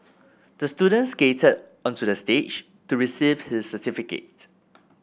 the student skated onto the stage to receive his certificate